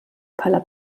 bħala